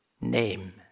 name